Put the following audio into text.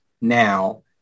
now